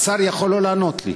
השר יכול לא לענות לי.